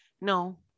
No